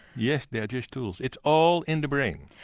yes, they are just tools, it's all in the brain.